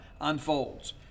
unfolds